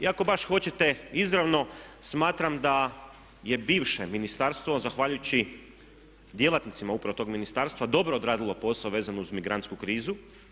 I ako baš hoćete izravno smatram da je bivše ministarstvo zahvaljujući djelatnicima upravo tog ministarstva dobro odradilo posao vezno uz migrantsku krizu.